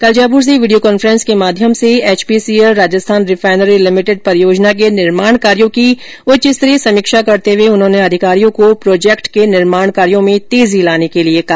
कल जयपुर से video conference के माध्यम से HPCL Rajasthan refinery limited HRRL परियोजना के निर्माण कार्यों की उच्चस्तरीय समीक्षा करते हए उन्होंने अधिकारियों को प्रोजेक्ट के निर्माण कार्यों में तेजी लाने के लिए कहा